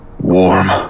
warm